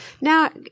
now